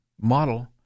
model